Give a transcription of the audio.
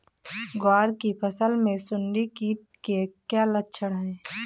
ग्वार की फसल में सुंडी कीट के क्या लक्षण है?